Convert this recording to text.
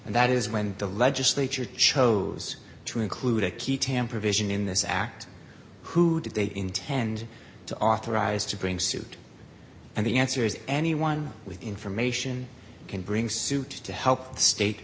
and that is when the legislature chose to include a key tam provision in this act who did they intend to authorize to bring suit and the answer is anyone with information can bring suit to help the state